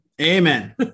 Amen